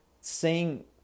seeing